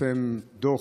התפרסם בדוח,